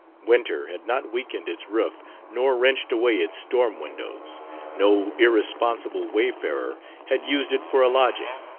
winter had not weakened its roof nor wrenched away its storm-windows no irresponsible wayfarer had used it for a lodging,